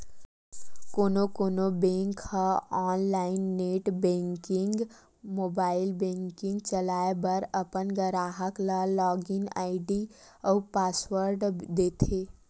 कोनो कोनो बेंक ह online net banking, mobile banking चलाए बर अपन गराहक ल लॉगिन आईडी अउ पासवर्ड देथे